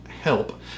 help